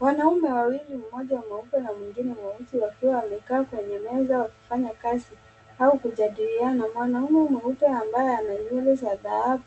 Wanaume wawili mmoja mweupe na mwingine mweusi wakiwa wamekaa kwenye meza wakifanya kazi au kujadiliana. Mwanaume mweupe ambaye ana nywele za dhahabu